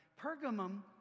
Pergamum